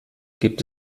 gibt